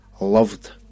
loved